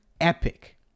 epic